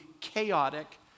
chaotic